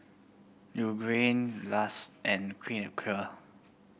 Lush and Clean and Clear